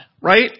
Right